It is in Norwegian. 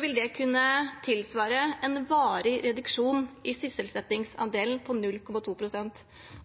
vil det kunne tilsvare en varig reduksjon i sysselsettingsandelen på 0,2 pst.